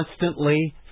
constantly